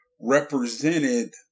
represented